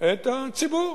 את הציבור.